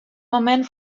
moment